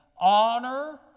honor